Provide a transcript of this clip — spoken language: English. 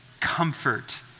comfort